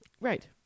Right